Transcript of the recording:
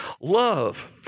love